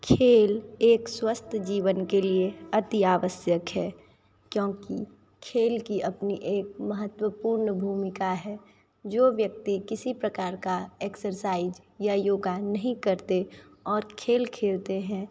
खेल एक स्वस्थ जीवन के लिए अति आवश्यक है क्योंकि खेल की अपनी एक महत्वपूर्ण भूमिका है जो व्यक्ति किसी प्रकार का एक्सरसाइज या योगा नहीं करते और खेल खेलते हैं